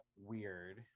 weird